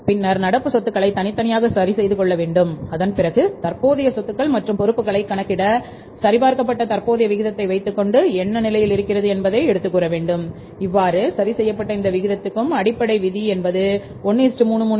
பின்னர் நடப்பு சொத்துக்களை தனித்தனியாக சரி செய்து கொள்ள வேண்டும் அதன்பிறகு தற்போதைய சொத்துக்கள் மற்றும் பொறுப்புகளை கணக்கிட்ட சரிபார்க்கப்பட்ட தற்போதைய விகிதத்தை வைத்துக்கொண்டு என்ன நிலையில் இருக்கிறது என்பதை எடுத்துக்கூற வேண்டும் இவ்வாறு சரி செய்யப்பட்ட இந்த விகிதத்துக்கும் அடிப்படை விதி என்பது 1